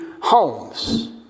homes